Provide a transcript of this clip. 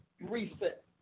reset